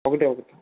ఒకటే ఒకటే